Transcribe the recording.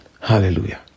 Hallelujah